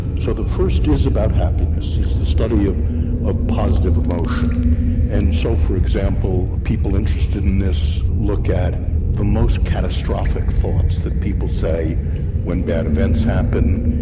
so the first is about happiness, it's the study of of positive emotion and so for example people interested in this look at the most catastrophic thoughts that people say when bad events happen,